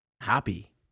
happy